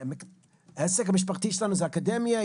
העסק המשפחתי שלנו זה אקדמיה,